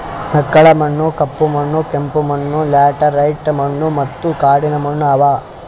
ಮೆಕ್ಕಲು ಮಣ್ಣ, ಕಪ್ಪು ಮಣ್ಣ, ಕೆಂಪು ಮಣ್ಣ, ಲ್ಯಾಟರೈಟ್ ಮಣ್ಣ ಮತ್ತ ಕಾಡಿನ ಮಣ್ಣ ಅವಾ